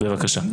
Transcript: בבקשה.